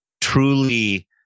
truly